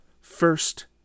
first